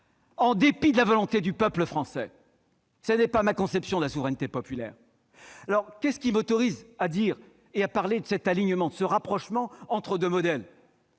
en dépit de la volonté du peuple français. Ce n'est pas ma conception de la souveraineté populaire ! Qu'est-ce qui m'autorise à évoquer un alignement, un rapprochement entre deux modèles ?